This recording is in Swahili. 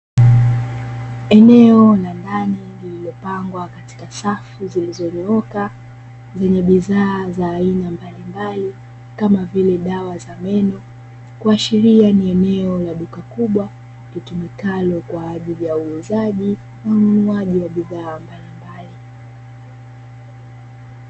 Eneo la ndani lililopangwa katika safi zilizonyooka, zenye bidhaa ya aina mbalimbali, kama vile dawa za meno, kuashiria ni eneo la duka kubwa litumikalo kwa ajili ya uuzaji na ununuaji wa bidhaa mbalimbali.